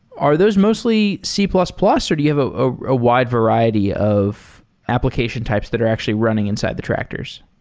are those mostly c plus plus or do you have a ah ah wide variety of application types that are actually running inside the tractors?